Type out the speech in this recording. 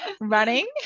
Running